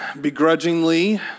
begrudgingly